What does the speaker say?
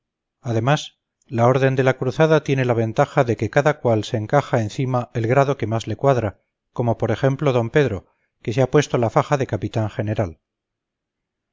además la orden de la cruzada tiene la ventaja de que cada cual se encaja encima el grado que más le cuadra como por ejemplo d pedro que se ha puesto la faja de capitán general